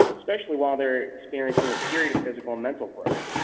especially while they are experiencing a period of physical and mental growth,